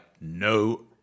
no